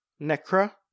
Necra